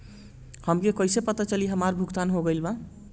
हमके कईसे पता चली हमार भुगतान हो गईल बा?